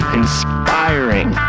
inspiring